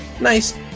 nice